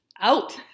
out